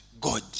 God